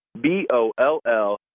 B-O-L-L